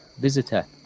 Visitor